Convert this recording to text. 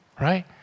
right